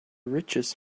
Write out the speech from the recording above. richest